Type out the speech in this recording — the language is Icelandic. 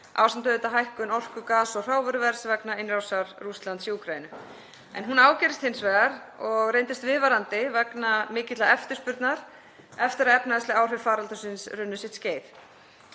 ásamt auðvitað hækkun orku-, gas- og hrávöruverðs, vegna innrásar Rússlands í Úkraínu, en hún ágerðist hins vegar og reyndist viðvarandi vegna mikillar eftirspurnar eftir að efnahagsleg áhrif faraldursins runnu sitt skeið.